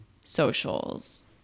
socials